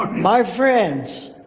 um my friends